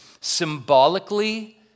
symbolically